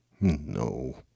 No